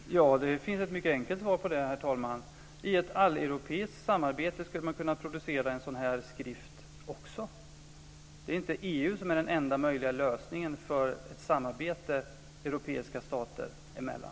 Herr talman! Det finns ett mycket enkelt svar på den frågan. I ett alleuropeiskt samarbete skulle man också kunna producera en sådan här skrift. Det är inte EU som är den enda möjliga lösningen för ett samarbete europeiska stater emellan.